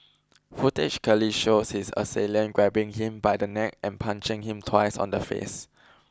footage clearly shows his assailant grabbing him by the neck and punching him twice on the face